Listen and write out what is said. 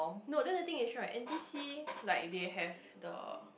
no that that thing is right N_T_C like they have the